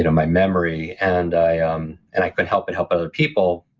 you know my memory. and i ah um and i couldn't help but help other people.